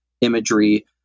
imagery